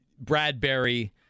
Bradbury